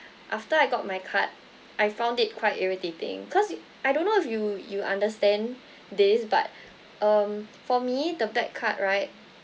after I got my card I found it quite irritating cause it I don't know if you you understand this but um for me the back card right